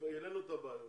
העלינו את הבעיות,